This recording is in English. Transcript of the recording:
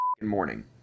morning